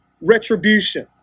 retribution